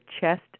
chest